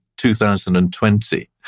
2020